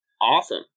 Awesome